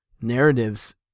narratives